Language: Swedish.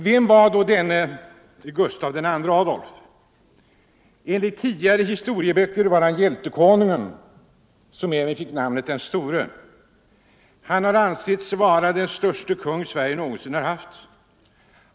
Vem var då denne Gustav II Adolf? Enligt tidigare historieböcker var han ”hjältekonungen”, som även fick namnet ”den store”. Han har ansetts vara den störste kung Sverige någonsin haft.